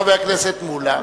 חבר הכנסת מולה,